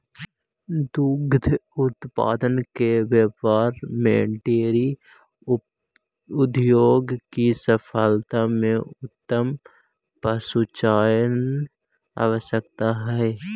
दुग्ध उत्पादन के व्यापार में डेयरी उद्योग की सफलता में उत्तम पशुचयन आवश्यक हई